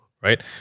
right